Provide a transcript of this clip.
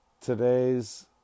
today's